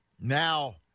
now